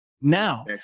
now